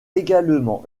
également